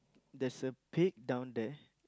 there's a pig down there